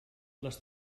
les